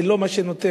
זה לא מה שנותן.